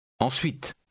Ensuite